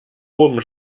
oben